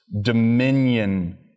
dominion